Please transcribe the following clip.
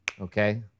okay